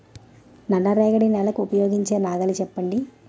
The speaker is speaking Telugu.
నల్ల రేగడి నెలకు ఉపయోగించే నాగలి చెప్పండి?